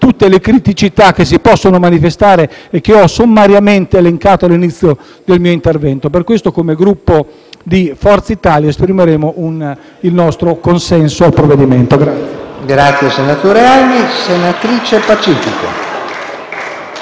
tutte le criticità che si possono manifestare e che ho sommariamente elencate all'inizio del mio intervento. Per questo, come Gruppo Forza Italia esprimeremo il nostro consenso al provvedimento.